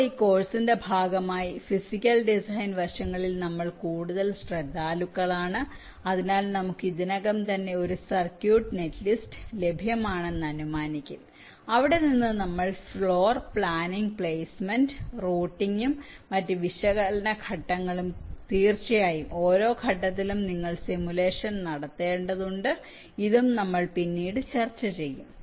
ഇപ്പോൾ ഈ കോഴ്സിന്റെ ഭാഗമായി ഫിസിക്കൽ ഡിസൈൻ വശങ്ങളിൽ നമ്മൾകൂടുതൽ ശ്രദ്ധാലുക്കളാണ് അതിനാൽ നമുക്ക് ഇതിനകം തന്നെ ഒരു സർക്യൂട്ട് നെറ്റ് ലിസ്റ്റ് ലഭ്യമാണെന്ന് അനുമാനിക്കും അവിടെ നിന്ന് നമ്മൾ ഫ്ലോർ പ്ലാനിംഗ് പ്ലേസ്മെന്റ് റൂട്ടിംഗും മറ്റ് വിശകലന ഘട്ടങ്ങളും തീർച്ചയായും ഓരോ ഘട്ടത്തിലും നിങ്ങൾ സിമുലേഷൻ നടത്തേണ്ടതുണ്ട് ഇതും നമ്മൾ പിന്നീട് ചർച്ച ചെയ്യും